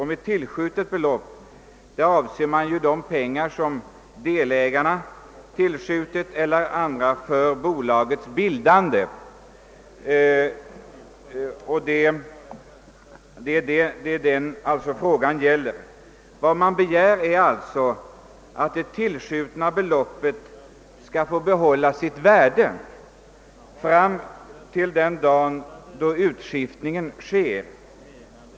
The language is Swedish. Med tillskjutet belopp avser man det belopp som delägarna eller andra tillskjutit för bolagets bildande. Vad man begär är alltså att det tillskjutna beloppet skall få behålla sitt värde fram till den dag då utskiftningen sker.